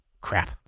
Crap